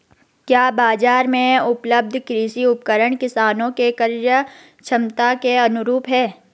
क्या बाजार में उपलब्ध कृषि उपकरण किसानों के क्रयक्षमता के अनुरूप हैं?